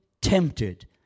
tempted